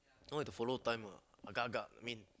don't have to follow time ah agak agak> I mean